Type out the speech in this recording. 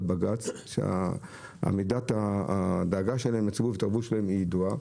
בג"ץ שמידת הדאגה שלהם לציבור היא ידועה.